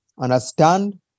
understand